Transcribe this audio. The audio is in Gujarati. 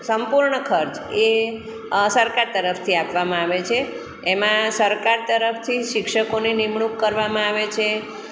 સંપૂર્ણ ખર્ચ એ સરકાર તરફથી આપવામાં આવે છે એમાં સરકાર તરફથી શિક્ષકોની નિમણુક કરવામાં આવે છે